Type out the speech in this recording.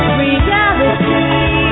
reality